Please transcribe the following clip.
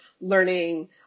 learning